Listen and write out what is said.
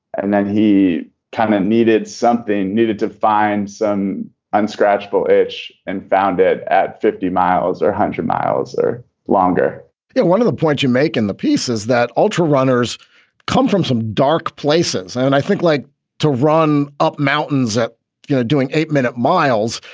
and then he kind of needed something needed to find some unscratched bowditch and found it at fifty miles or hundred miles or longer yeah one of the points you make in the pieces that ultra runners come from some dark places and i think like to run up mountains at you know doing eight minute miles.